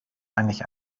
eigentlich